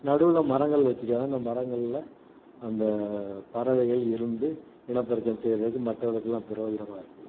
நடுவில் மரங்கள் வச்சிருக்காங்க அந்த மரங்களில் அந்த பறவைகள் இருந்து இனப்பெருக்கம் செய்கிறதுக்கு மற்றதுக்குலாம் பிரோஜனமாக இருக்குது